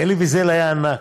אלי ויזל היה ענק,